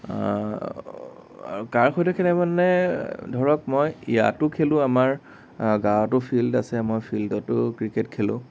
আৰু কাৰ সৈতে খেলে মানে ধৰক মই ইয়াতো খেলো আমাৰ গাৱঁতো ফিল্ড আছে মই ফিল্ডটো ক্ৰিকেট খেলোঁ